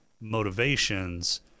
motivations